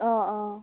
অঁ অঁ